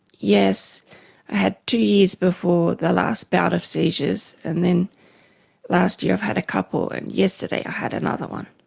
yes, i had two years before the last bout of seizures, and then last year i've had a couple and yesterday i had another one.